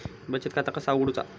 बचत खाता कसा उघडूचा?